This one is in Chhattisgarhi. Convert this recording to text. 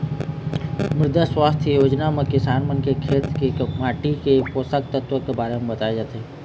मृदा सुवास्थ योजना म किसान मन के खेत के माटी के पोसक तत्व के बारे म बताए जाथे